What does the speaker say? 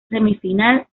semifinal